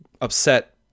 upset